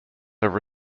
have